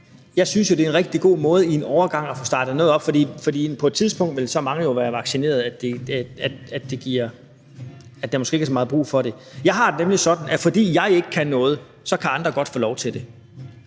jo synes, det er en rigtig god måde at få startet noget op i en overgang. For på et tidspunkt vil så mange jo være vaccineret, at der måske ikke er så meget brug for det. Jeg har det nemlig sådan, at selv om jeg ikke kan noget, kan andre godt få lov til det.